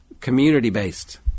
community-based